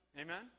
Amen